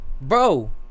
Bro